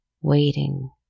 waiting